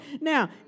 Now